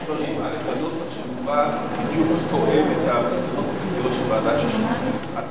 הנוסח המובא תואם את המסקנות של ועדת-ששינסקי.